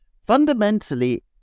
fundamentally